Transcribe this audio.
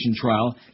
trial